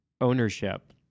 ownership